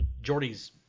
Jordy's